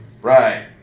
Right